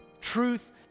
truth